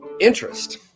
interest